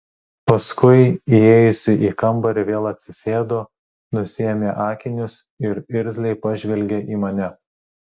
paskui įėjusi į kambarį vėl atsisėdo nusiėmė akinius ir irzliai pažvelgė į mane